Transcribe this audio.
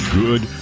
good